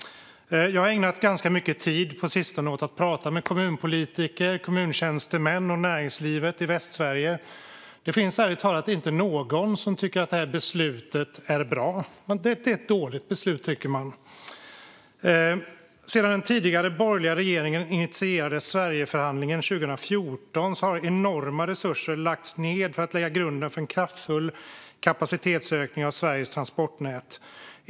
Jag har ägnat ganska mycket tid på sistone åt att prata med kommunpolitiker, kommuntjänstemän och näringslivet i Västsverige. Det finns ärligt talat inte någon som tycker att beslutet är bra, utan man tycker att det är dåligt. Sedan den tidigare borgerliga regeringen initierade Sverigeförhandlingen 2014 har enorma resurser lagts på att lägga grunden för en kraftfull kapacitetsökning för Sveriges transportnät.